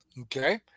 Okay